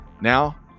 Now